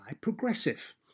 Progressive